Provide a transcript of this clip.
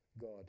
God